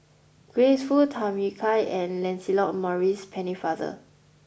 Grace Fu Tham Yui Kai and Lancelot Maurice Pennefather